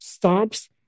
Stops